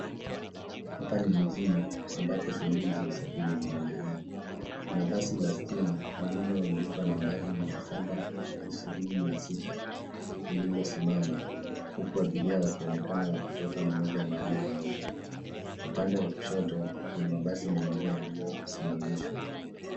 Hapa ni mjini ambapo shughuli za usafiri zinaendelea na basi la stima lililoandikwa nambari mia saba ishirini na sita lililosimama huku abiria wakionekana wakitoka mmoja baada ya mwingine. Upande wa kushoto, kuna mabasi mengine yaliyosimamishwa.